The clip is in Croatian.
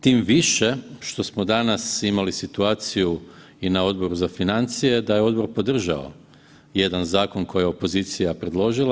Tim više što smo danas imali situaciju i na Odboru za financije da je odbor podržao jedan zakon koji je opozicija predložila.